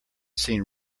seen